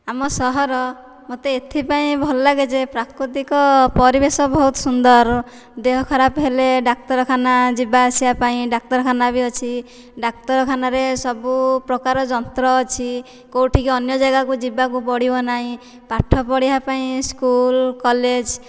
ଆମ ସହର ମୋତେ ଏଥିପାଇଁ ଭଲ ଲାଗେ ଯେ ପ୍ରାକୃତିକ ପରିବେଶ ବହୁତ ସୁନ୍ଦର ଦେହ ଖରାପ ହେଲେ ଡାକ୍ତରଖାନା ଯିବା ଆସିବା ପାଇଁ ଡାକ୍ତରଖାନା ବି ଅଛି ଡାକ୍ତରଖାନାରେ ସବୁପ୍ରକାର ଜନ୍ତ୍ର ଅଛି କେଉଁଠିକୁ ଅନ୍ୟ ଜାଗାକୁ ଯିବାକୁ ପଡ଼ିବ ନାହିଁ ପାଠ ପଢ଼ିବା ପାଇଁ ସ୍କୁଲ୍ କଲେଜ୍